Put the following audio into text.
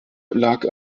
lag